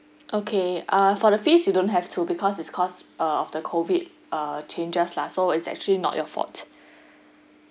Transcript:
okay err for the fees you don't have to because it's cause of the COVID err changes lah so it's actually not your fault